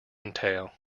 entail